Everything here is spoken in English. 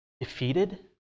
defeated